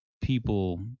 people